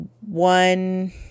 one